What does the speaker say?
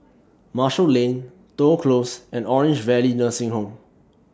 Marshall Lane Toh Close and Orange Valley Nursing Home